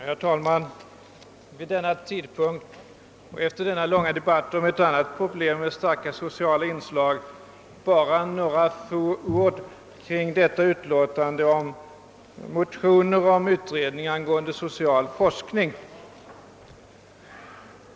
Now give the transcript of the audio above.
Herr talman! Vid denna tidpunkt och efter denna långa debatt om ett annat problem med starka sociala inslag vill jag säga några få ord i anledning av föreliggande utskottsutlåtande om motioner angående utredning om social forskning.